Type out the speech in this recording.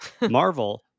Marvel